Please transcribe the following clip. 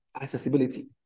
accessibility